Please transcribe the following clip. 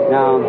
Now